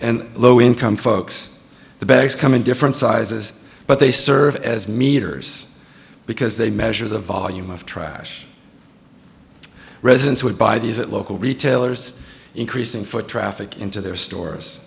and low income folks the banks come in different sizes but they serve as meters because they measure the volume of trash residents would buy these at local retailers increasing for traffic into their stores